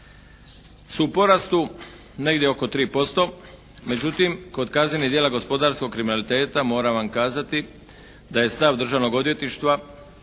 su u porastu negdje oko 3%. Međutim kod kaznenih djela gospodarskog kriminaliteta moram vam kazati da je stav Državnog odvjetništva,